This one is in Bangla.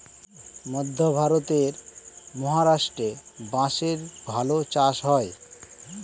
মধ্যে ভারতের মহারাষ্ট্রে বাঁশের ভালো চাষ হয়